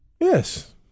Yes